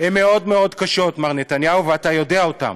הן קשות מאוד מאוד, מר נתניהו, ואתה יודע אותן.